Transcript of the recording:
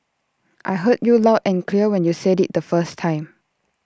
I heard you loud and clear when you said IT the first time